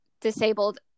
disabled